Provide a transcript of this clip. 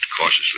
cautiously